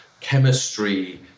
chemistry